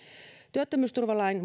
työttömyysturvalain